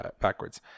backwards